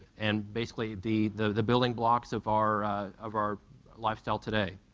and basically the the building blocks of our of our lifestyle today.